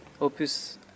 Opus